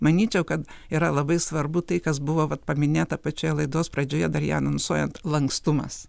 manyčiau kad yra labai svarbu tai kas buvo vat paminėta pačioje laidos pradžioje dar ją anonsuojant lankstumas